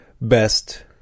best